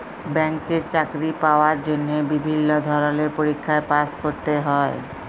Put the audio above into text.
ব্যাংকে চাকরি পাওয়ার জন্হে বিভিল্য ধরলের পরীক্ষায় পাস্ ক্যরতে হ্যয়